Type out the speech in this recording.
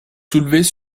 soulevez